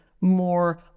more